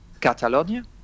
Catalonia